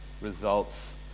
results